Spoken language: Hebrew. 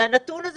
הנתון הזה